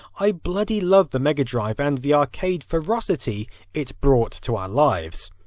i bloody love the mega drive and the arcade ferocity it brought to our lives.